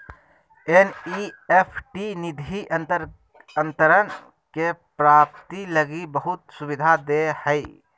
NEFT निधि अंतरण के प्राप्ति लगी बहुत सुविधा दे हइ